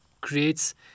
creates